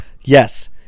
Yes